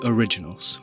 Originals